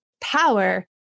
power